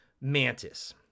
mantis